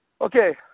Okay